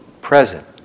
present